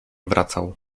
wracał